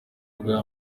bwa